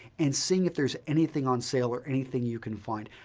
and seeing if there's anything on sale or anything you can find.